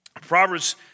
Proverbs